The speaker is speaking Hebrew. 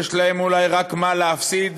יש להם אולי רק מה להפסיד